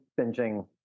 binging